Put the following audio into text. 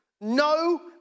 no